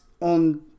on